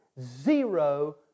zero